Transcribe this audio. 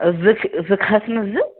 زٕ چھِ زٕ کھَسنَس زٕ